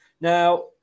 now